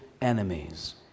enemies